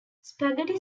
spaghetti